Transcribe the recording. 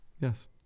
Yes